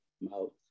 mouth